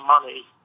money